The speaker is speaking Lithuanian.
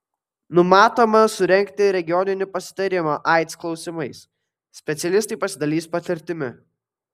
numatoma surengti regioninį pasitarimą aids klausimais specialistai pasidalys patirtimi